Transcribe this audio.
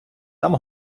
там